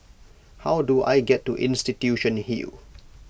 how do I get to Institution Hill